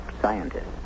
scientist